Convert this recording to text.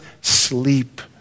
sleep